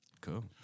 Cool